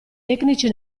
tecnici